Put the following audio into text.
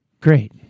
Great